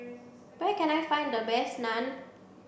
where can I find the best Naan